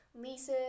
leases